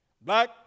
black